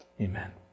Amen